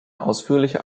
ausführliche